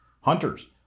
hunters